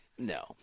No